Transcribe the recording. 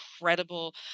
incredible